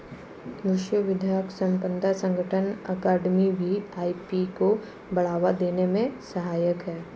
विश्व बौद्धिक संपदा संगठन अकादमी भी आई.पी को बढ़ावा देने में सहायक है